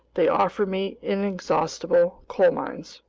they offer me inexhaustible coal mines.